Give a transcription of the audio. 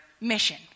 mission